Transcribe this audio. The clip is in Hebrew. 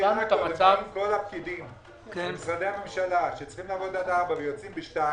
כל הפקידים במשרדי הממשלה שצריכים לעבוד עד 4:00 ויוצאים ב-2:00,